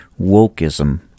wokeism